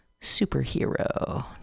Superhero